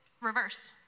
reversed